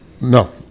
No